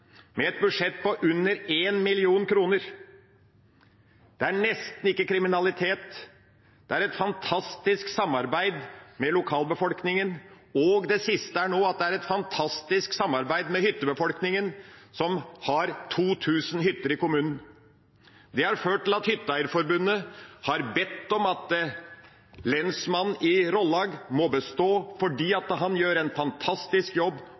med et budsjett på under 1 mill. kr. Det er nesten ikke kriminalitet, og det er et fantastisk samarbeid med lokalbefolkningen. Det siste nå er at det er et fantastisk samarbeid med hyttebefolkningen; det er 2 000 hytter i kommunen. Det har ført til at hytteeierforeningen har bedt om at lensmannskontoret i Rollag må bestå – fordi lensmannen gjør en fantastisk jobb,